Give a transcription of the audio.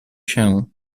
się